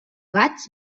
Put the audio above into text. gats